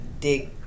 dig